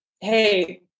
hey